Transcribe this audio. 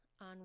on